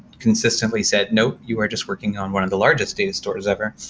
consistently said, no. you are just working on one of the largest data stores ever.